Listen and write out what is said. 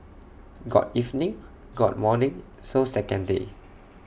got evening got morning so second day